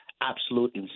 absolute